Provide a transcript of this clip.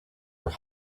were